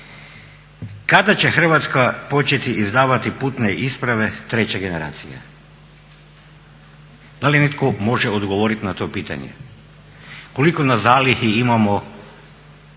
Kada će Hrvatska početi izdavati putne isprave treće generacije? Da li netko može odgovorit na to pitanje? Koliko na zalihi imamo